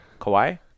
Kawhi